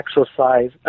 exercise